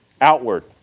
outward